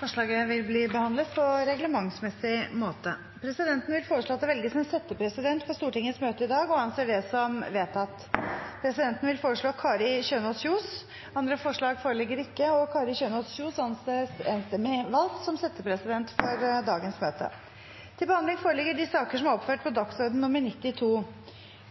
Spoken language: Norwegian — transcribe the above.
Forslaget vil bli behandlet på reglementsmessig måte. Presidenten vil foreslå at det velges en settepresident for Stortingets møte i dag, og anser det som vedtatt. Presidenten vil foreslå Kari Kjønaas Kjos. – Andre forslag foreligger ikke, og Kari Kjønaas Kjos anses enstemmig valgt som settepresident for dagens møte.